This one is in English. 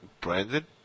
Brandon